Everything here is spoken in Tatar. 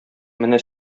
менә